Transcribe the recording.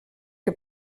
que